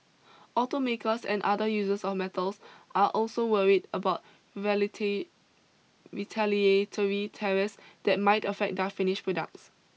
automakers and other users of the metals are also worried about tariffs that might affect their finished products